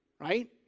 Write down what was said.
Right